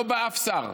לא בא אף שר.